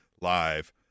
live